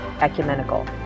Ecumenical